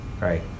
right